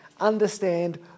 understand